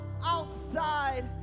outside